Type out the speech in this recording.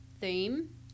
theme